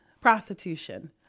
prostitution